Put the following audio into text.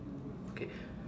okay